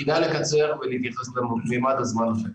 כדאי לקצר ולהתייחס גם למימד הזמן הזה.